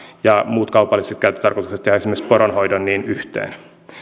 ja muut kaupalliset käyttötarkoitukset esimerkiksi poronhoidon yhteen